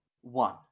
One